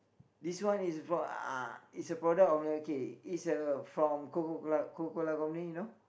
this one is for uh is a product of okay it's a from Coca-Cola Coca-Cola Company you know